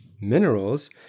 minerals